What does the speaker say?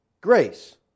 Grace